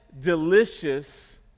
delicious